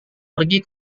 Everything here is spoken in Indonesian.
pergi